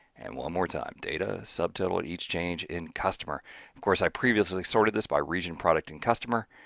and one more time data, subtotal, each change in customer of course i previously sorted this by region, product, and customer.